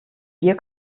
hier